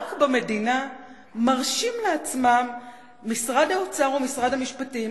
רק לגבי עובדי המדינה מרשים לעצמם משרד האוצר ומשרד המשפטים